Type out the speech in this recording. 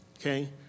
Okay